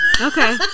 Okay